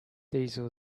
diesel